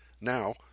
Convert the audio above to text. now